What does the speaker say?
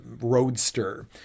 roadster